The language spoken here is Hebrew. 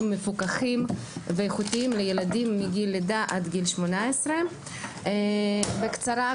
מפוקחים ואיכותיים לילדים מגיל לידה עד גיל 18. בקצרה,